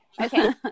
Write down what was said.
Okay